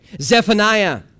Zephaniah